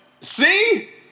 See